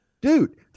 Dude